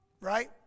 Right